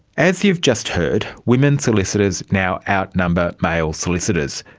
as you've just heard, women solicitors now outnumber male solicitors,